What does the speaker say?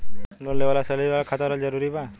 Loan लेवे ला salary वाला खाता रहल जरूरी बा?